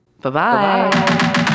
Bye-bye